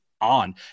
on